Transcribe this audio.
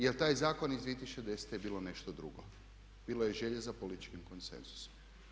Jer taj zakon iz 2010. je bilo nešto drugo, bilo je želje za političkim konsenzusom.